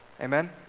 Amen